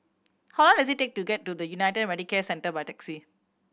how long does it take to get to the United Medicare Centre by taxi